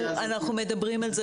אנחנו מדברים על הדבר הזה,